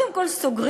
קודם כול סוגרים,